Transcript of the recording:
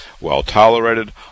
well-tolerated